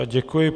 Děkuji.